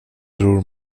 bror